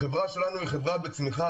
החברה שלנו היא חברה בצמיחה,